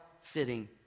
fitting